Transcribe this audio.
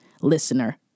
listener